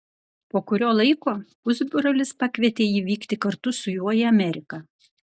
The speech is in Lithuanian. po kurio laiko pusbrolis pakvietė jį vykti kartu su juo į ameriką